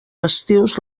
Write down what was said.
festius